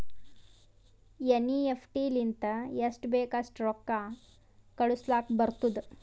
NEFT ಲಿಂತ ಎಸ್ಟ್ ಬೇಕ್ ಅಸ್ಟ್ ರೊಕ್ಕಾ ಕಳುಸ್ಲಾಕ್ ಬರ್ತುದ್